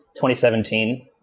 2017